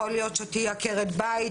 יכול להיות שתהיי עקרת בית,